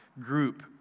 group